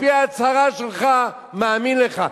על-פי ההצהרה שלך, מאמין לך.